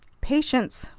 patience!